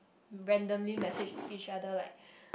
randomly message each other like